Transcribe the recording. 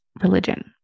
religion